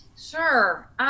Sure